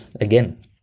again